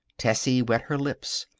tessie wet her lips.